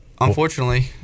unfortunately